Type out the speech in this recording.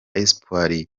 espoir